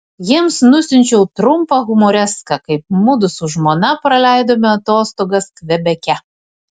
jiems nusiunčiau trumpą humoreską kaip mudu su žmona praleidome atostogas kvebeke